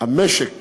המשק